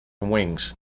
wings